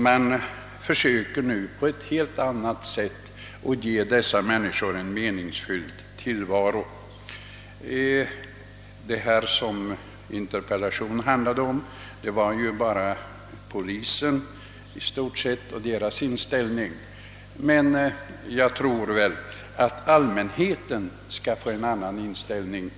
Man försöker nu på ett helt annat sätt att ge dessa människor en meningsfylld tillvaro. Interpellationen handlar ju i stort sett bara om polisen och dess inställning, men jag tror det är utomordentligt viktigt att också allmänheten får en annan inställning.